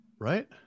Right